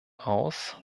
aus